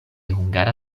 hungara